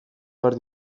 behar